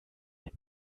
den